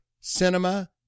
cinema